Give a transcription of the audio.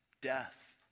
death